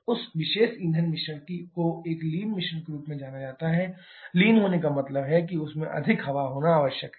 उस विशेष ईंधन मिश्रण को एक लीन मिश्रण के रूप में जाना जाता है लीन होने का मतलब है कि उसमें अधिक हवा होना आवश्यक है